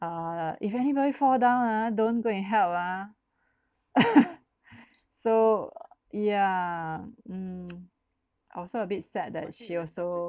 uh if anybody fall down ah don't go and help ah so yeah um also a bit sad that she also